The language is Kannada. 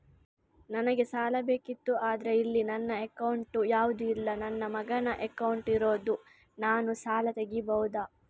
ನನಗೆ ಸಾಲ ಬೇಕಿತ್ತು ಆದ್ರೆ ಇಲ್ಲಿ ನನ್ನ ಅಕೌಂಟ್ ಯಾವುದು ಇಲ್ಲ, ನನ್ನ ಮಗನ ಅಕೌಂಟ್ ಇರುದು, ನಾನು ಸಾಲ ತೆಗಿಬಹುದಾ?